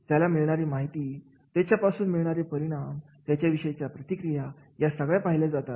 त्याला मिळणारी माहिती त्याच्या पासून मिळणारे परिणाम त्याच्याविषयीच्या प्रतिक्रिया या सगळ्या पाहिल्या जातात